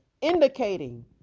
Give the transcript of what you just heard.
indicating